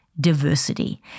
diversity